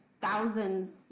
thousands